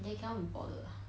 they cannot be bothered ah